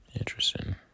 Interesting